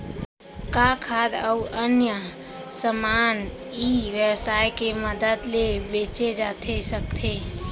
का खाद्य अऊ अन्य समान ई व्यवसाय के मदद ले बेचे जाथे सकथे?